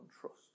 trust